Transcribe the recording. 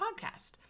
podcast